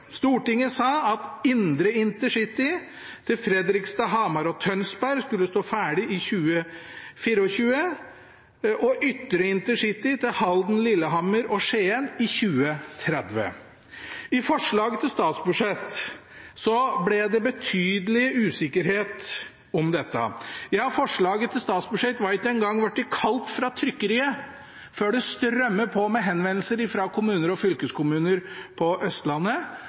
Stortinget sa at indre intercity til Fredrikstad, Hamar og Tønsberg skulle stå ferdig i 2024, og ytre intercity til Halden, Lillehammer og Skien i 2030. I forslaget til statsbudsjett ble det betydelig usikkerhet om dette. Forslaget til statsbudsjett var ikke en gang blitt kaldt fra trykkeriet før det strømmet på med henvendelser fra kommuner og fylkeskommuner på Østlandet,